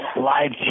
live